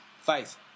Faith